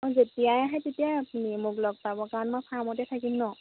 অঁ যেতিয়াই আহে তেতিয়া আপুনি মোক লগ পাব কাৰণ মই ফাৰ্মতে থাকিম ন